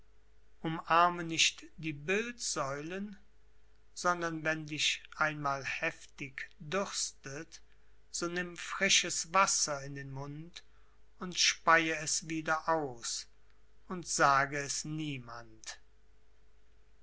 umarme nicht die bildsäulen sondern wenn dich einmal heftig dürstet so nimm frisches wasser in den mund und speie es wieder aus und sage es niemand